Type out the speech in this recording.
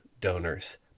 donors